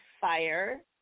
fire